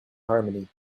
harmony